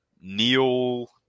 Neil